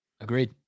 Agreed